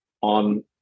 on